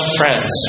friends